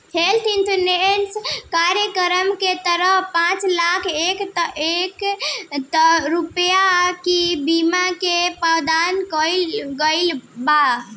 health insurance कार्यक्रम के तहत पांच लाख तक रुपिया के बीमा के प्रावधान कईल गईल बावे